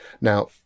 now